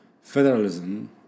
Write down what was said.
federalism